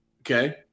Okay